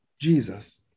Jesus